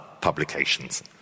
publications